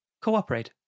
cooperate